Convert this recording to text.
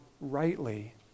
rightly